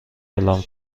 اعلام